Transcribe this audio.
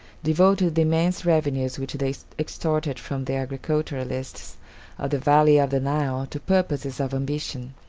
devoted the immense revenues which they extorted from the agriculturalists of the valley of the nile to purposes of ambition.